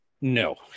No